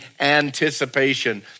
anticipation